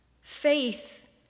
Faith